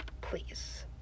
Please